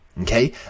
Okay